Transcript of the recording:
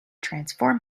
transform